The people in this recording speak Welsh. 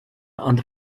ond